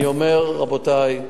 אני אומר, רבותי,